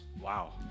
Wow